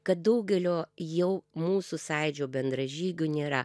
kad daugelio jau mūsų sąjūdžio bendražygių nėra